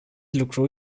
lucru